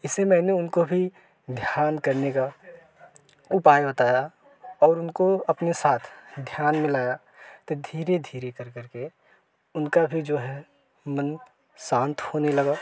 इसलिए मैंने उनको भी ध्यान ध्यान करने का उपाय बताया और उनको अपने साथ ध्यान में लगाया तो धीरे धीरे कर करके उनका भी जो है मन शांत होने लगा